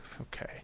Okay